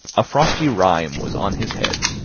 a frosty rime was on his head,